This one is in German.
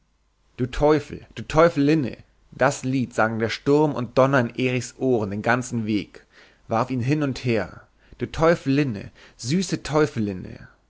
du teufel du teufelinne das lied sang der sturm und donner in erichs ohren den ganzen weg warf ihn hin und her du teufelinne süße teufelinne